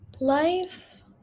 Life